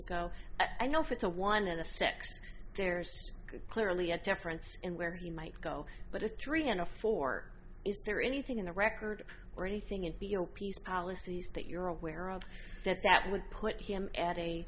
client i know if it's a one in a sex there's clearly a difference in where he might go but at three and a four is there anything in the record or anything in your piece policies that you're aware of that that would put him at a